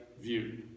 view